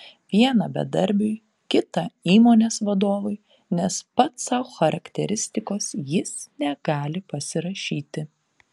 vieną bedarbiui kitą įmonės vadovui nes pats sau charakteristikos jis negali pasirašyti